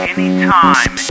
Anytime